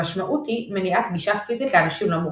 המשמעות היא מניעת גישה פיזית לאנשים לא מורשים.